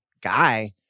guy